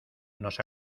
nos